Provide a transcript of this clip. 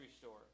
store